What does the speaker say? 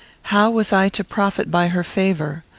how was i to profit by her favour?